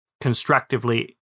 constructively